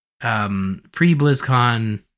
pre-BlizzCon